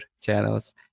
channels